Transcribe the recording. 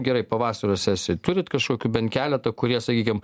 gerai pavasario sesijoj turit kažkokių bent keletą kurie sakykim